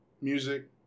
Music